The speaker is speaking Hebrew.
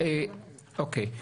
אוקיי.